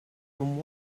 from